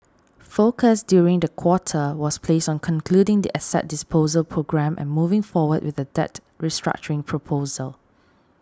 focus during the quarter was placed on concluding the asset disposal programme and moving forward with the debt restructuring proposal